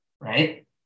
right